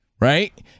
right